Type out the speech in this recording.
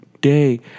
day